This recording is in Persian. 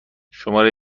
شماره